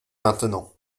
maintenant